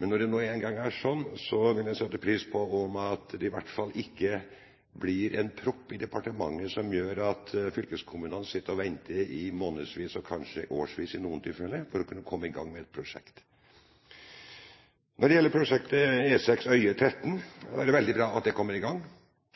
Men når det nå engang er sånn, ville jeg sette pris på at det i hvert fall ikke blir en propp i departementet som gjør at fylkeskommunene venter i månedsvis, og kanskje i årevis i noen tilfeller, for å kunne komme i gang med et prosjekt. Når det gjelder prosjektet E6 Øyer–Tretten, er det veldig bra at det kommer i gang,